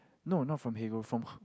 no not from Hegel from h~